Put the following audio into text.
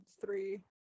three